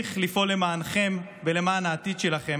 נמשיך לפעול למענכם ולמען העתיד שלכם.